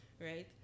Right